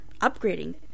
upgrading